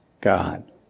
God